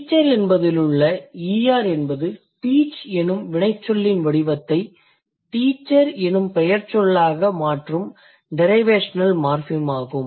teacher என்பதிலுள்ள er என்பது teach எனும் வினைச்சொல்லின் வடிவத்தை teacher எனும் பெயர்ச்சொல்லாக மாற்றும் டிரைவேஷனல் மார்ஃபிம் ஆகும்